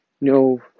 No